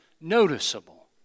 noticeable